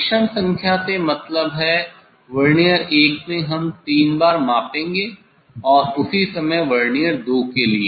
प्रेक्षण संख्या से मतलब है वर्नियर 1 में हम 3 बार मापेंगे और उसी समय वर्नियर 2 के लिए